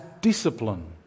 discipline